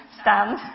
stand